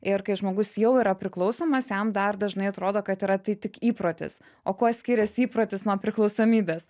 ir kai žmogus jau yra priklausomas jam dar dažnai atrodo kad yra tai tik įprotis o kuo skirias įprotis nuo priklausomybės